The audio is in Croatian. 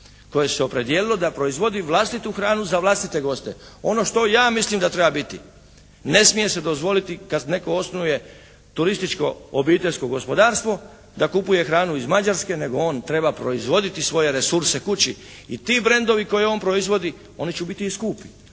koje se je opredijelilo da proizvodi vlastitu hranu za vlastite goste. Ono što ja mislim da treba biti ne smije se dozvoliti kad netko osnuje turističko obiteljsko gospodarstvo da kupuje hranu iz Mađarske, nego on treba proizvoditi svoje resurse kući i ti brandovi koje on proizvodi, oni će biti i skupi,